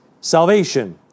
salvation